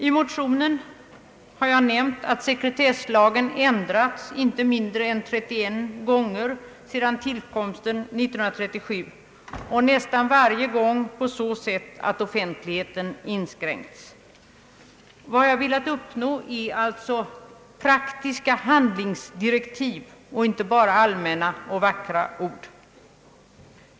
I motionen har jag nämnt att sekretesslagen ändrats inte mindre än 31 gånger sedan tillkomsten 1937 och nästan varje gång på så sätt att offentligheten inskränkts. Vad jag velat uppnå är alltså praktiska handlingsdirektiv och inte bara allmänna och vackra ord.